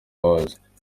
hose